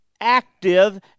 active